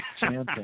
chanting